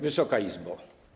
Wysoka Izbo!